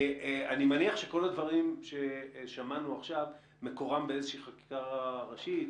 אני מניח שכל הדברים ששמענו עכשיו מקורם באיזו חקיקה ראשי,